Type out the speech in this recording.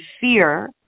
fear